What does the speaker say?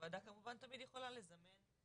הוועדה כמובן תמיד יכולה לזה.